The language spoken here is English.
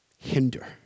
hinder